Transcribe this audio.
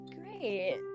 Great